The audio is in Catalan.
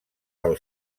del